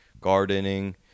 gardening